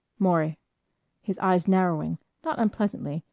maury his eyes narrowing not unpleasantly,